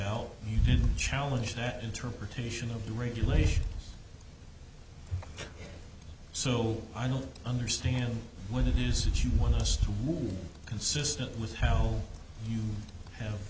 didn't challenge that interpretation of the regulation so i don't understand what it is that you want us to work consistent with how you have